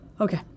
Okay